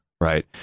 Right